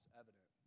evident